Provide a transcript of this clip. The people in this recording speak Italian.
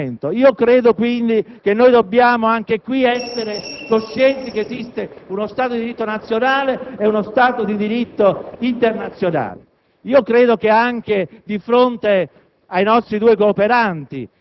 erano legati da un'alleanza politica in questo momento. Io credo, quindi, che anche in questo caso dovremmo essere coscienti che esiste uno stato di diritto nazionale e uno stato di diritto internazionale.